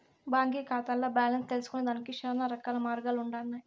బాంకీ కాతాల్ల బాలెన్స్ తెల్సుకొనేదానికి శానారకాల మార్గాలుండన్నాయి